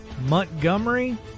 Montgomery